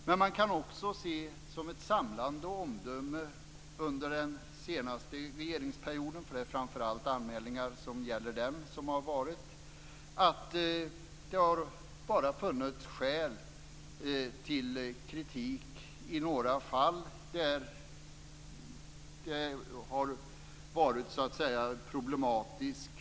Men man kan också, som ett samlande omdöme över den senaste regeringsperioden - anmälningarna gäller framför allt denna - säga att det bara har funnits skäl till kritik i några fall där lagstiftningstolkningen har varit problematisk.